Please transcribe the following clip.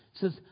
says